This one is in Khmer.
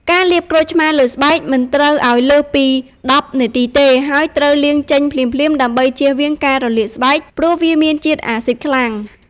ការលាបក្រូចឆ្មារលើស្បែកមិនត្រូវឲ្យលើសពី ១០ នាទីទេ ហើយត្រូវលាងចេញភ្លាមៗដើម្បីជៀសវាងការរលាកស្បែក ព្រោះវាមានជាតិអាស៊ីដខ្លាំង។